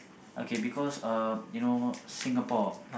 okay because um you know Singapore